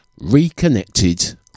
reconnected